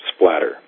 splatter